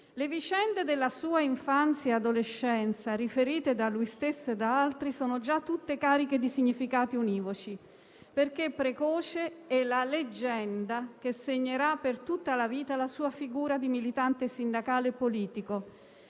«Le vicende della sua infanzia e adolescenza, riferite da lui stesso o da altri, sono già tutte cariche di significati univoci, perché precoce è la leggenda che segnerà per tutta la vita la sua figura di militante sindacale e politico,